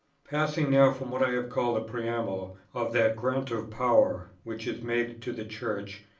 passing now from what i have called the preamble of that grant of power, which is made to the church,